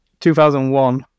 2001